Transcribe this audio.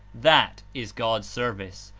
that is god's service,